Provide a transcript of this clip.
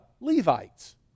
Levites